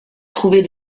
trouver